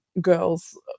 girls